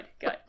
good